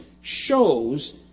shows